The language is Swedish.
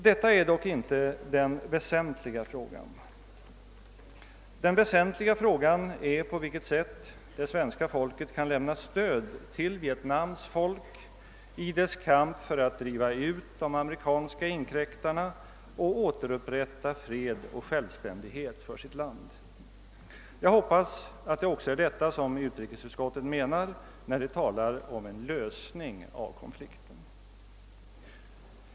Detta är dock inte den väsentliga frågan utan den är på vilket sätt det svenska folket kan lämna stöd till Vietnams folk i dess kamp för att driva ut de amerikanska inkräktarna och återupprätta fred och självständighet för sitt land. Jag hoppas att det också är detta som utrikesutskottet menar när de talar om en lösning av konflikten.